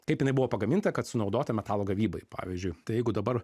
kaip jinai buvo pagaminta kad sunaudota metalo gavybai pavyzdžiui tai jeigu dabar